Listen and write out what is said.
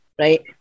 right